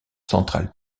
centrale